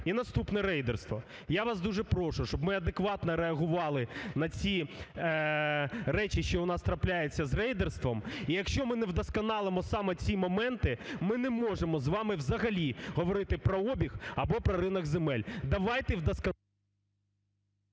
І наступне – рейдерство, я вас дуже прошу, щоб ми адекватно реагували на ці речі, що у нас трапляються з рейдерство. І якщо ми не вдосконалимо саме ці моменти – ми не можемо з вами взагалі говорити про обіг або про ринок земель. Давайте вдосконал...